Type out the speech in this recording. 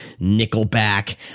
Nickelback